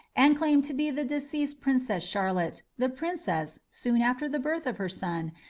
and claimed to be the deceased princess charlotte, the princess, soon after the birth of her son,